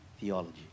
theology